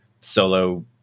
solo